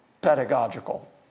pedagogical